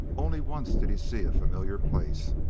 only once did he see a familiar place,